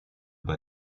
bei